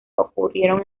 ocurrieron